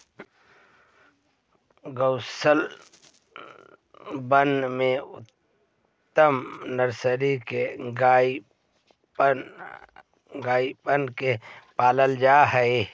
गौशलबन में उन्नत नस्ल के गइयन के पालल जा हई